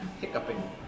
hiccuping